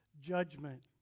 judgment